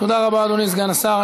תודה רבה, אדוני סגן השר.